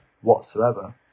whatsoever